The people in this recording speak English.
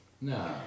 No